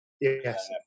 Yes